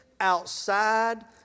outside